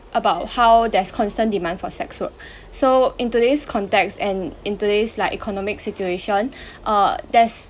about how there's constant demand for sex work so in today's context and in today's like economic situation err there's